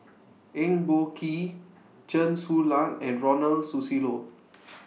Eng Boh Kee Chen Su Lan and Ronald Susilo